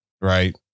Right